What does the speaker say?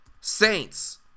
Saints